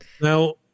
Now